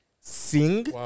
sing